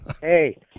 Hey